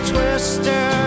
Twister